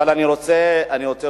אבל בכל זאת אני רוצה להגיד,